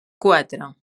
quatre